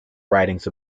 writings